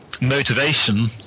motivation